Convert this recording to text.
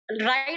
right